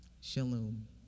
Shalom